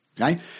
okay